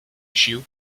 issue